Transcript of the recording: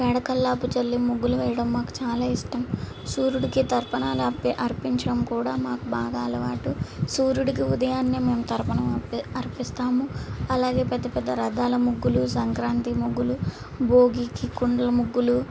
పేడ కల్లాపు చల్లి ముగ్గులు వేయడం మాకు చాలా ఇష్టం సూర్యుడికి తర్పణాలు అర్ప్ అర్పించడం కూడా మాకు బాగా అలవాటు సూర్యుడికి ఉదయాన్నే మేము తర్పణం అర్ప్ అర్పిస్తాము అలాగే పెద్ద పెద్ద రథాల ముగ్గులు సంక్రాంతి ముగ్గులు భోగికి కుండల ముగ్గులు